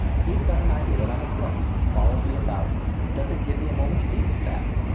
he's got an idea that i'm a crook follows me about doesn't give me a moment's peace, in fact.